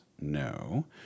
no